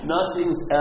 Nothing's